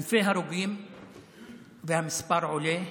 אלפי הרוגים והמספר עולה,